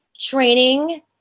training